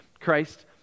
Christ